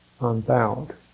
unbowed